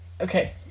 Okay